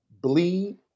bleed